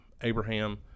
Abraham